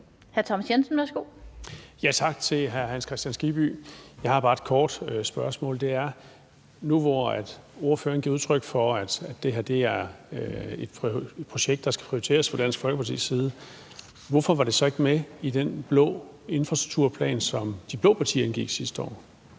Thomas Jensen (S): Tak til hr. Hans Kristian Skibby. Jeg har bare et kort spørgsmål. Nu, hvor ordføreren giver udtryk for, at det her er et projekt, der skal prioriteres fra Dansk Folkepartis side, hvorfor var det så ikke med i den blå infrastrukturplan, som de blå partier indgik sidste år,